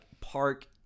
park